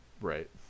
right